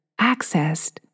accessed